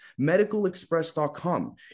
medicalexpress.com